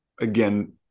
again